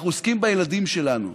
אנחנו עוסקים בילדים שלנו,